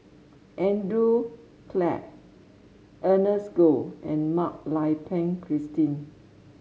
Andrew Clarke Ernest Goh and Mak Lai Peng Christine